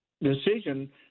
decision